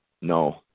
No